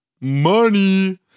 money